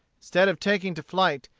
instead of taking to flight,